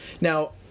now